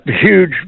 huge